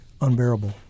unbearable